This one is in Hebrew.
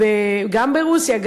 גם ברוסיה,